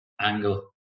angle